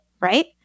right